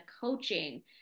coaching